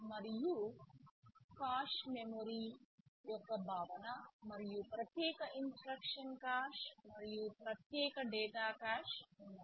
మరియు cache memory యొక్క భావన మరియు ప్రత్యేక ఇన్స్ట్రక్షన్ కాష్ మరియు ప్రత్యేక డేటా కాష్ ఉన్నాయి